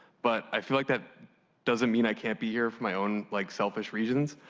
but i feel like that doesn't mean i can't be here for my own like selfish reasons.